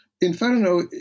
Inferno